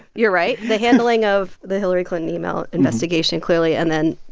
you're right the handling of the hillary clinton email investigation, clearly, and then,